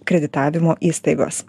kreditavimo įstaigos